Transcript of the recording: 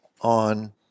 on